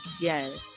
Yes